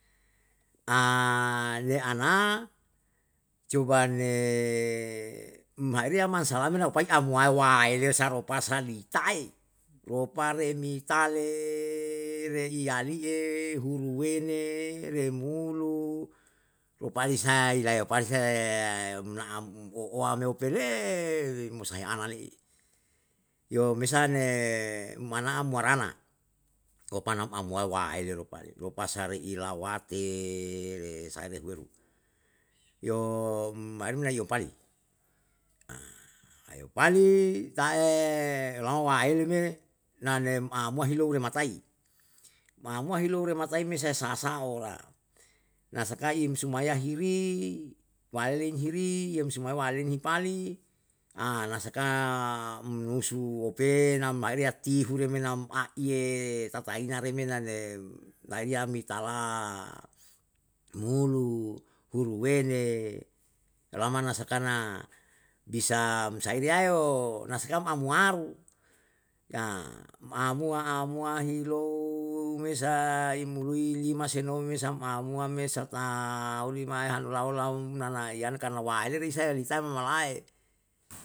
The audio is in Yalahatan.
le ana, coba le maheria mansalame na opae amwae waele sa ropasa litae, ropare mitale, reiya li'e, huruwene, remulu, ropalisae ilai rapalisae um na am o uwa me ope le, mo sahe ana le'e. Yo mesal ne mana'a muwarana, ropana amwae waele ropa'e, ropasa re ilawate, re sahe re uweru. Yo maem na yopali yopali ta'e yolama waele me nanem amuwa hilou rematai, mamuwa hilou rematai me sai sa'a sa'a ora na sakai imsumaya hiri, waaelen hiri, yem sumae waelen hipali, nasaka, umnusu ope nam maeretiya remenam a iye tataina na remena ne nairiya me tala mulu, muluwene, lama na sakana isam saire yaiyo, na sakam amuwaru, ma'amuwa amuwa hilou mesa imului lima se nome sam amuwa me sata ulimae hanu lau launana iyan karna waele risae li tam molae.